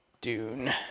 Dune